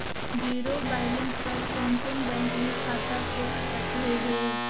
Zero balance पर कोन कोन बैंक में खाता खुल सकले हे?